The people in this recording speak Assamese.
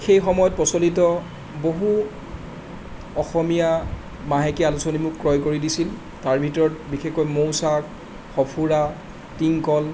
সেই সময়ত প্ৰচলিত বহু অসমীয়া মাহেকীয়া আলোচনী মোক ক্ৰয় কৰি দিছিল তাৰ ভিতৰত বিশেষকৈ মৌচাক সঁফুৰা টিংকল